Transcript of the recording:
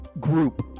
Group